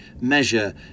measure